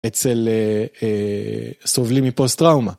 אצל סובלים מפוסט טראומה.